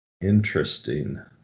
Interesting